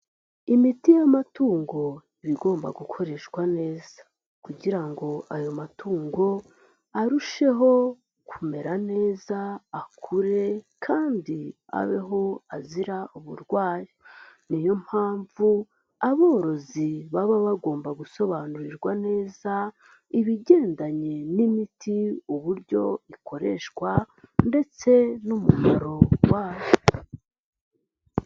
lmiti y'amatungo iba igomba gukoreshwa neza, kugira ngo ayo matungo arusheho kumera neza akure kandi abeho azira uburwayi. Ni yo mpamvu aborozi baba bagomba gusobanurirwa neza ibigendanye n'imiti uburyo ikoreshwa ndetse n'umumaro wayo.